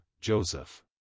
Joseph